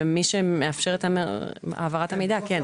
ומי שמאפשר את העברת המידע כן,